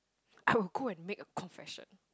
I will go and make a confession